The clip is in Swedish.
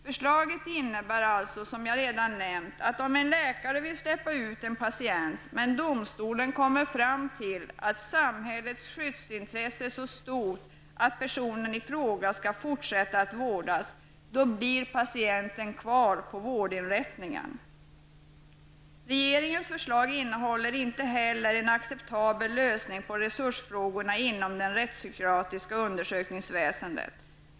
Förslaget innebär att om en läkare vill släppa ut en patient, men domstolen kommer fram till att samhällets skyddsintresse är så stort att personen i fråga skall fortsätta att vårdas, blir patienten kvar på vårdinrättningen. Regeringens förslag innehåller inte heller en acceptabel lösning på resursfrågorna inom det rättspsykiatriska undersökningsväsendet.